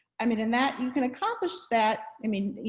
i mean in that you can accomplish that, i mean,